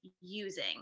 using